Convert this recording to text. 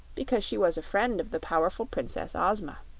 because she was a friend of the powerful princess ozma.